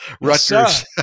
Rutgers